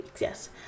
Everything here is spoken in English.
Yes